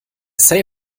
safe